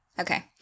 Okay